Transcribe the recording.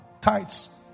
tights